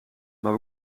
maar